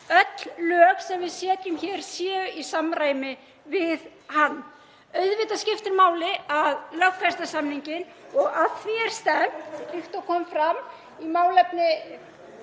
öll lög sem við setjum hér séu í samræmi við hann. Auðvitað skiptir máli að lögfesta samninginn og að því er stefnt, líkt og kom fram í máli